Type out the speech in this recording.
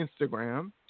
Instagram